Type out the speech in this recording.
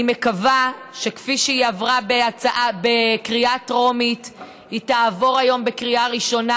אני מקווה שכפי שהיא עברה בקריאה טרומית היא תעבור היום בקריאה ראשונה,